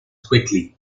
quickly